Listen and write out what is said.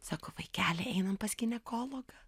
sako vaikeli einam pas ginekologą